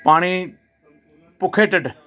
ਪਾਣੀ ਭੁੱਖੇ ਢਿੱਡ